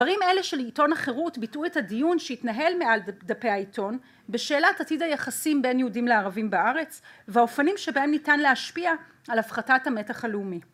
הדברים האלה של עיתון החירות ביטאו את הדיון שהתנהל מעל דפי העיתון בשאלת עתיד היחסים בין יהודים לערבים בארץ והאופנים שבהם ניתן להשפיע על הפחתת המתח הלאומי